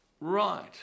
right